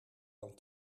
dan